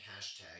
hashtag